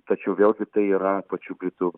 tačiau vėlgi tai yra pačių britų